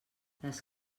les